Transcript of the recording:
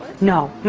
no.